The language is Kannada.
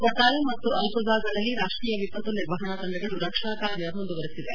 ಕೊಟ್ಪಾಯಂ ಮತ್ತು ಆಲ್ಫುಝಾಗಳಲ್ಲಿ ರಾಷ್ಷೀಯ ವಿಪತ್ತು ನಿರ್ವಹಣಾ ತಂಡಗಳು ರಕ್ಷಣಾ ಕಾರ್ಯ ಮುಂದುವರೆಸಿದೆ